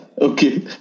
Okay